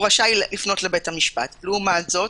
לעומת זאת,